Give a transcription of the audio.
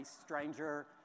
stranger